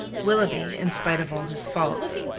willoughby, in spite of all his faults,